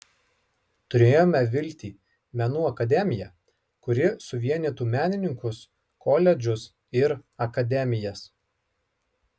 turėjome viltį menų akademiją kuri suvienytų menininkus koledžus ir akademijas